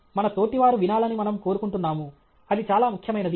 మన తోటివారు వినాలని మనము కోరుకుంటున్నాము అది చాలా ముఖ్యమైనది